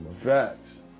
facts